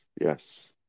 Yes